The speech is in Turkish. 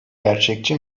gerçekçi